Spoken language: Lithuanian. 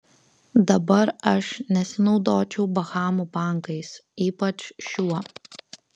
dabar aš nesinaudočiau bahamų bankais ypač šiuo